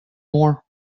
more